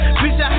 bitch